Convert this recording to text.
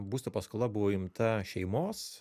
būsto paskola buvo imta šeimos